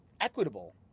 equitable